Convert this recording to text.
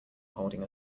holding